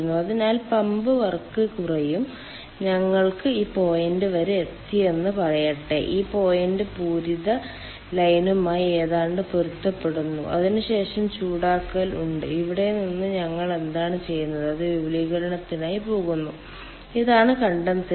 അതിനാൽ pump work കുറയും ഞങ്ങൾ ഈ പോയിന്റ് വരെ എത്തിയെന്ന് പറയട്ടെ ഈ പോയിന്റ് പൂരിത ലൈനുമായി ഏതാണ്ട് പൊരുത്തപ്പെടുന്നു അതിനുശേഷം ചൂടാക്കൽ ഉണ്ട് ഇവിടെ നിന്ന് ഞങ്ങൾ എന്താണ് ചെയ്യുന്നത് അത് വിപുലീകരണത്തിനായി പോകുന്നു ഇതാണ് കണ്ടൻസേഷൻ